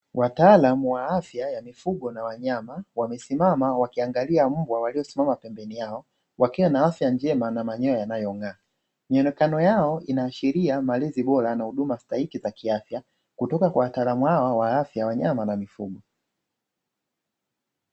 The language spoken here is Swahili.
Wataalamu wa afya ya mifugo na wanyama wamesimama wakiangalia mbwa waliosimama pembeni yao wakiwa na afya njema na manyoya yanayong'aa, mionekano yao inaashiria malezi bora na huduma stahiki za kiafya kutoka kwa wataalamu hawa wa afya ya wanyama na mifugo.